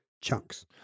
chunks